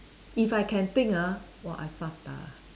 if I can think ah !wah! I